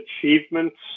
achievements